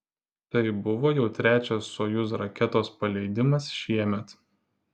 tai buvo jau trečias sojuz raketos paleidimas šiemet